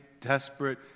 desperate